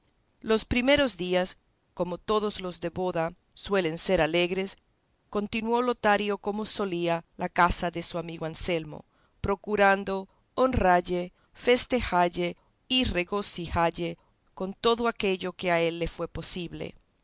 los primeros días como todos los de boda suelen ser alegres continuó lotario como solía la casa de su amigo anselmo procurando honralle festejalle y regocijalle con todo aquello que a él le fue posible